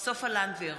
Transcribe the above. סופה לנדבר,